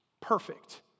perfect